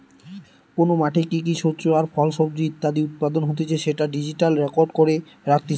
কোন মাঠে কি কি শস্য আর ফল, সবজি ইত্যাদি উৎপাদন হতিছে সেটা ডিজিটালি রেকর্ড করে রাখতিছে